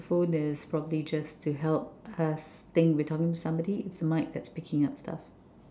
the phone is probably just to help us think we talking to somebody it's the mike that is picking up stuff